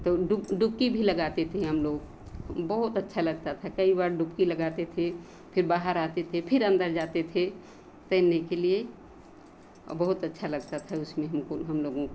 तो डु डुबकी भी लगाते थे हम लोग बहुत अच्छा लगता था कई बार डुबकी लगाते थे फ़िर बाहर आते थे फ़िर अंदर जाते थे तैरने के लिए और बहुत अच्छा लगता था उसमें हमको हम लोगों को